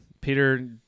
Peter